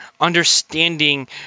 understanding